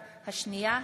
בבקשה.